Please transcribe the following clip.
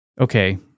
Okay